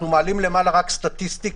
אנחנו מעלים למעלה רק סטטיסטיקה,